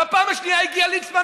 בפעם השנייה הגיע ליצמן,